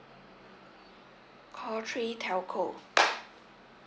call three telco